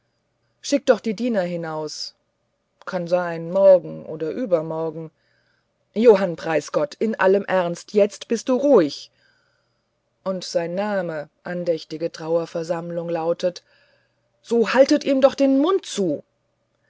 schickt doch die diener hinaus kann sein morgen oder übermorgen johann preisgott in allem ernst jetzt bist du ruhig und sein name andächtige trauerversammlung lautet so haltet ihm doch den mund zu